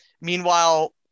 meanwhile